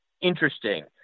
interesting